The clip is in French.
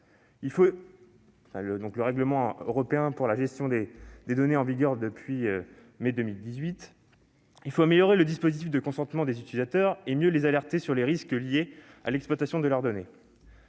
Il faut améliorer le dispositif de consentement des utilisateurs et mieux alerter ceux-ci quant aux risques liés à l'exploitation de leurs données.